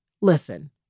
listen